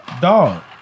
Dog